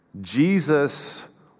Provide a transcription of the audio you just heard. Jesus